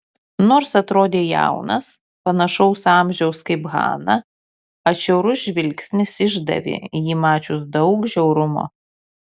nors atrodė jaunas panašaus amžiaus kaip hana atšiaurus žvilgsnis išdavė jį mačius daug žiaurumo